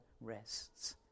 rests